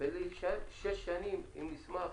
ולהישאר שש שנים עם מסמך?